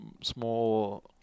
small